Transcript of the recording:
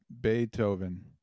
Beethoven